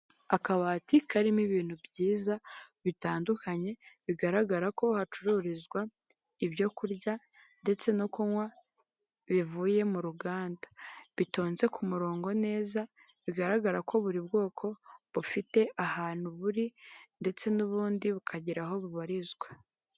Akabati karimo ibintu byiza bitandukanye bigaragara ko hacururizwa ibyo kurya ndetse no kunywa bivuye mu ruganda, bitonze ku murongo neza bigaragara ko buri bwoko bufite ahantu buri ndetse n'ubundi bukagira aho bubarizwa.